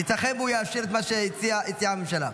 ייתכן שהוא יאפשר את מה שהציעה הממשלה.